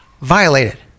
violated